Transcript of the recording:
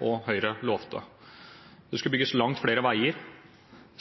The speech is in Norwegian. og Høyre lovte. Det skulle bygges langt flere veier,